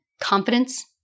confidence